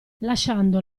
lasciando